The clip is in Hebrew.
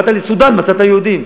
באת לסודאן מצאת יהודים,